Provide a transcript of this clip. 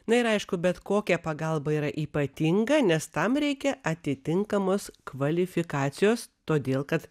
na ir aišku bet kokia pagalba yra ypatinga nes tam reikia atitinkamos kvalifikacijos todėl kad